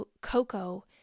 Coco